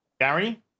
Gary